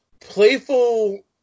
playful